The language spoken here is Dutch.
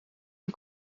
een